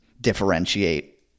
differentiate